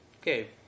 okay